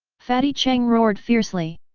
fatty cheng roared fiercely.